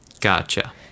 Gotcha